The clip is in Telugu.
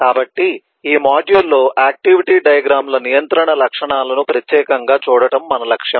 కాబట్టి ఈ మాడ్యూల్లో ఆక్టివిటీ డయాగ్రమ్ ల నియంత్రణ లక్షణాలను ప్రత్యేకంగా చూడటం మన లక్ష్యం